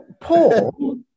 Paul